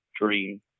dream